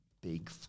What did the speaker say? big